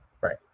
Right